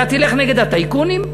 אתה תלך נגד הטייקונים?